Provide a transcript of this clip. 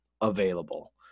available